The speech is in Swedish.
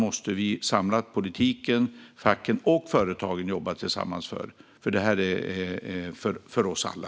Detta måste politiken, facken och företagen jobba tillsammans för, för det är viktigt för oss alla.